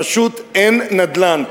פשוט אין נדל"ן.